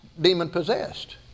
demon-possessed